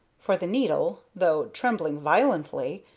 for the needle, though trembling violently,